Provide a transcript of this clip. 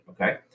okay